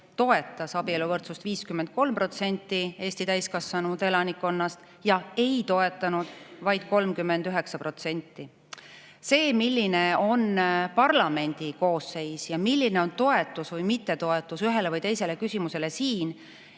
toetas abieluvõrdsust 53% Eesti täiskasvanud elanikkonnast ja ei toetanud vaid 39%. See, milline on parlamendi koosseis ja milline on toetus või mittetoetus ühele või teisele küsimusele siin,